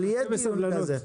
אבל יהיה דיון כזה.